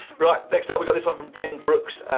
right, next up we got this one from ben brooks,